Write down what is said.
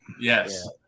Yes